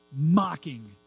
Mocking